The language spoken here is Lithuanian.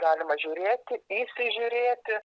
galima žiūrėti įsižiūrėti